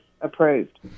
approved